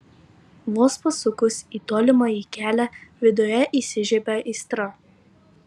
vos pasukus į tolimąjį kelią viduje įsižiebia aistra